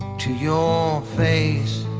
to your face